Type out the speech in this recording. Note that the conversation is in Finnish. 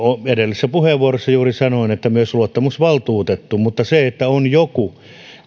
edellisessä puheenvuorossani juuri sanoin että myös luottamusvaltuutettu mutta se että on joku